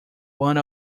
one